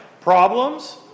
problems